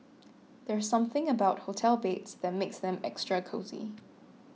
there's something about hotel beds that makes them extra cosy